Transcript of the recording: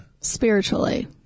Spiritually